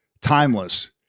timeless